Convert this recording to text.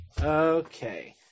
Okay